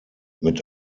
mit